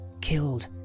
killed